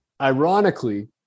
ironically